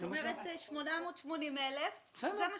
זאת אומרת, את ה-880 אלף הוא מאשר.